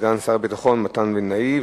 סגן שר הביטחון מתן וילנאי.